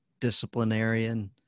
disciplinarian